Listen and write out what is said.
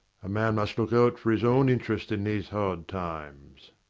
a man must look out for his own interests in these hard times.